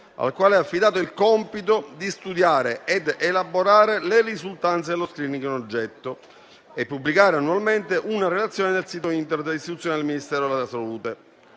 al quale è affidato il compito di studiare ed elaborare le risultanze dello *screening* in oggetto e pubblicare annualmente una relazione sul sito Internet istituzionale del Ministero della salute.